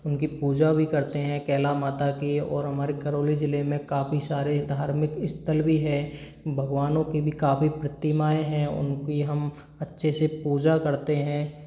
उनकी पूजा भी करते हैं कैला माता की और हमारे करौली ज़िले में काफ़ी सारे धार्मिक स्थल भी हैं भगवानों की भी प्रतिमाएं हैं उनकी हम अच्छे से पूजा करते हैं